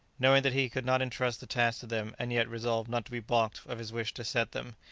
knowing that he could not entrust the task to them, and yet resolved not to be baulked of his wish to set them,